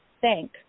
thank